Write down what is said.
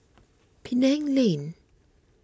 Penang Lane